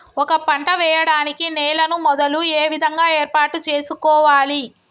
ఒక పంట వెయ్యడానికి నేలను మొదలు ఏ విధంగా ఏర్పాటు చేసుకోవాలి?